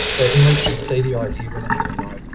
but unless we see the idea we're not going to know.